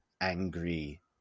angry